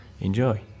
enjoy